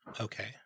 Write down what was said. Okay